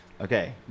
Okay